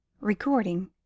Recording